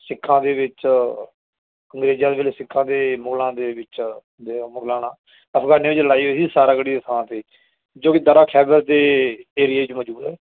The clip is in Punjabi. ਸਿੱਖਾਂ ਦੇ ਵਿੱਚ ਅੰਗਰੇਜ਼ਾਂ ਦੇ ਵੇਲੇ ਸਿੱਖਾਂ ਦੇ ਮੁਗਲਾਂ ਦੇ ਵਿੱਚ ਦੇ ਮੁਗਲਾਣਾ ਅਫ਼ਗਾਨੀਆਂ 'ਚ ਲੜਾਈ ਹੋਈ ਸੀ ਸਾਰਾਗੜ੍ਹੀ ਦੀ ਥਾਂ 'ਤੇ ਜੋ ਕਿ ਦਰਾ ਖੈਬਰ ਦੇ ਏਰੀਏ 'ਚ ਮੌਜੂਦ ਹੈ